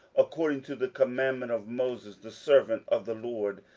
according to the commandment of moses the servant of the lord,